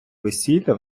весілля